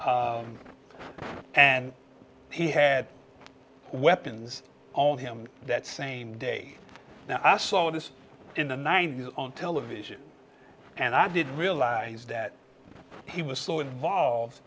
and he had weapons on him that same day now i saw this in the ninety's on television and i didn't realize that he was so involved